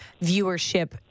viewership